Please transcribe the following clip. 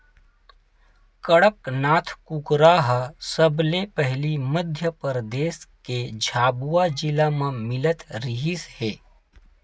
कड़कनाथ कुकरा ह सबले पहिली मध्य परदेस के झाबुआ जिला म मिलत रिहिस हे